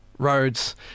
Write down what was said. roads